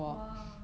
!wah!